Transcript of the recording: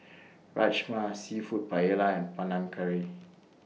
Rajma Seafood Paella Panang Curry